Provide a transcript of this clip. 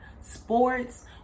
sports